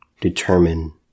determine